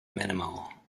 minimal